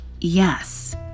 Yes